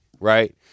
right